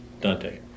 Dante